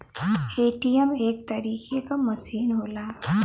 ATM एक तरीके क मसीन होला